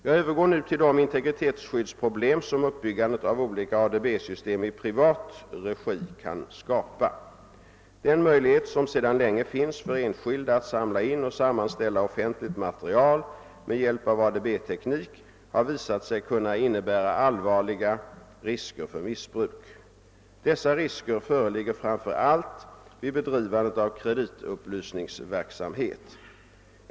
Jag övergår nu till de integritetsskyddsproblem som uppbyggandet av olika ADB-system i privat regi kan skapa. Den möjlighet som sedan länge finns för enskilda att samla in och sammanställa offentligt material med hjälp av ADB-teknik har visat sig kunna innebära allvarliga risker för missbruk. Dessa risker föreligger framför allt vid bedrivandet av kreditupplysningsverksamhet.